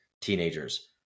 teenagers